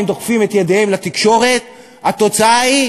דוחפים את ידיהם לתקשורת התוצאה היא,